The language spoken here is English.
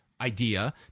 idea